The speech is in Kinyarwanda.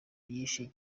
nyinshi